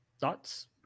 Thoughts